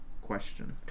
question